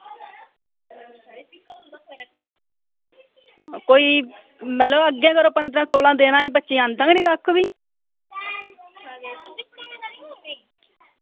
यरो करो कोई पंदरां सोलां दिन बच्चें ऐहीं आंदा किश निं